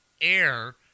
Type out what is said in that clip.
air